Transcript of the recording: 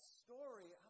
story